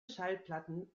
schallplatten